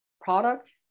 product